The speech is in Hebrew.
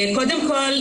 קודם כל,